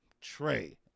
Trey